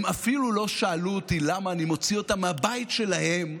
הם אפילו לא שאלו אותי למה אני מוציא אותם מהבית שלהם,